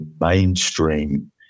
mainstream